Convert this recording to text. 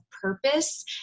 purpose